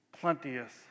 plenteous